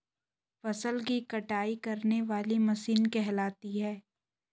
फसल की कटाई करने वाली मशीन कहलाती है?